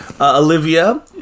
Olivia